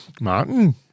Martin